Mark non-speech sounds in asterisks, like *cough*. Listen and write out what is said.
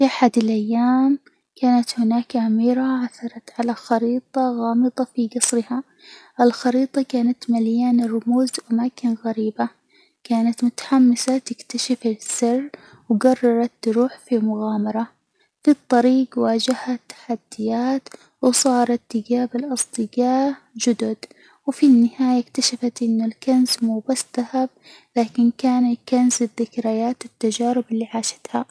في أحد الأيام كانت هناك أميرة عثرت على خريطة غامضة في جصرها، الخريطة كانت مليانة رموز *unintelligible* غريبة، كانت متحمسة تكتشف السر و جررت تروح في مغامرة ، في الطريج واجهت تحديات و صارت تجابل أصدجاء جدد، و في النهاية إكتشفت إن الكنز مو بس ذهب لكن كان الكنز الذكريات و التجارب اللي عاشتها.